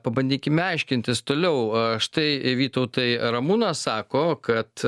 pabandykime aiškintis toliau štai vytautai ramūnas sako kad